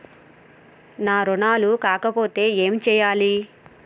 నా రుణాలు కాకపోతే ఏమి చేయాలి?